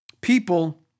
People